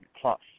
Plus